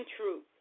truth